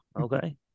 okay